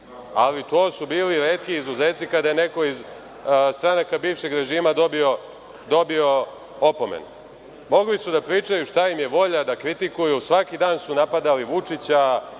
Ali, to su bili retki izuzeci kada neko iz stranaka bivšeg režima dobio opomenu. Mogli su da pričaju šta im je volja, da kritikuju, svaki dan su napadali Vučića,